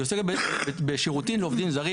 היא עוסקת בשירותים לעובדים זרים.